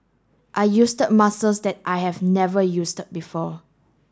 I muscles that I have never before